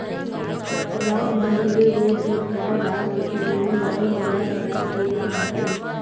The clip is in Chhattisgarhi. गाँव मे ढेरे रोट रोट भाठा डाँड़ रहथे जेम्हे मड़ई मेला कराये के काम आथे